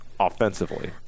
Offensively